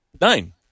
nine